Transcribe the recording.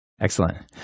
Excellent